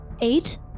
Eight